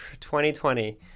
2020